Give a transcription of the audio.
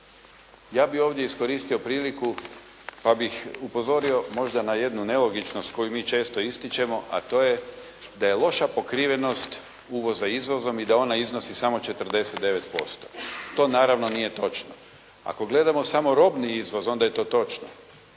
Ja bih ovdje iskoristio priliku pa ih upozorio možda na jednu nelogičnost koju mi često ističemo, a to je da je loša pokrivenost uvoza izvozom i da ona iznosi 49%. To naravno nije točno. Ako gledamo samo robni izvoz onda je to točno.